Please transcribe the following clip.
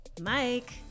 Mike